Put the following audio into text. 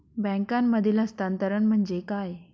बँकांमधील हस्तांतरण म्हणजे काय?